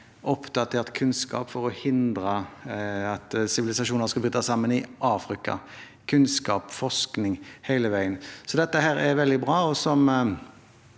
oppdatert kunnskap for å hindre at sivilisasjoner skal bryte sammen i Afrika – kunnskap og forskning hele veien. Dette er veldig bra.